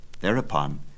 Thereupon